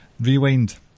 Rewind